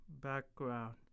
background